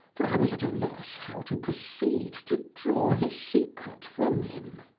for i was at a loss how to proceed to draw his secret from him.